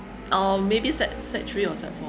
or maybe sec sec three or sec four